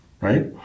right